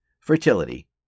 fertility